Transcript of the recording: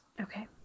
Okay